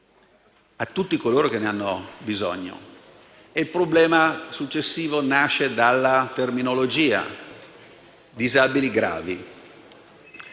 a tutti coloro che ne hanno bisogno. Il problema successivo nasce dalla terminologia: disabili gravi.